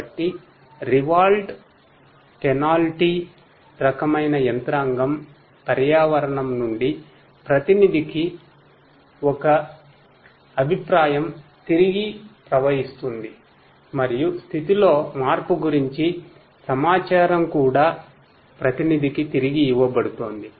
కాబట్టి reward penalty రకమైన యంత్రాంగం పర్యావరణం నుండి ప్రతినిధికి ఒక అభిప్రాయం తిరిగి ప్రవహిస్తుంది మరియు స్థితి లో మార్పు గురించి సమాచారం కూడా ప్రతినిధికి తిరిగి ఇవ్వబడుతుంది